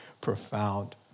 profound